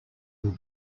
will